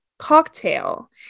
Cocktail